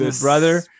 brother